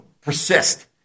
persist